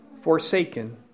forsaken